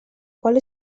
qual